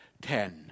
ten